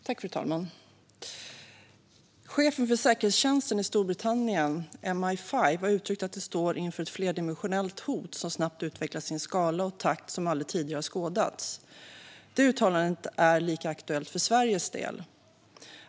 Fru talman! Chefen för säkerhetstjänsten i Storbritannien, MI5, har uttryckt att landet står inför ett flerdimensionellt hot som snabbt utvecklas i en skala och en takt som aldrig tidigare har skådats. Detta uttalande är lika aktuellt för Sveriges del.